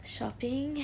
shopping